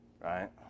right